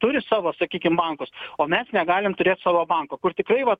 turi savo sakykim bankus o mes negalim turėt savo banko kur tikrai va